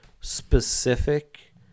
specific